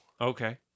Okay